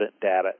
data